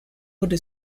wurde